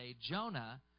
Jonah